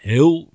Heel